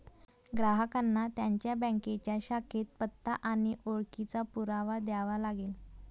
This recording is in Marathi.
ग्राहकांना त्यांच्या बँकेच्या शाखेत पत्ता आणि ओळखीचा पुरावा द्यावा लागेल